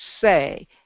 say